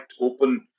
open